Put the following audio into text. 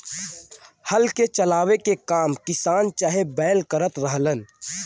हल के चलावे के काम किसान चाहे बैल करत रहलन